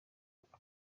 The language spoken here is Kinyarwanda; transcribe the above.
aka